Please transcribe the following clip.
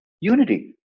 unity